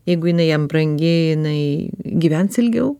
jeigu jinai jam brangi jinai gyvens ilgiau